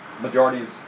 Majorities